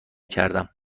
کردم